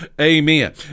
Amen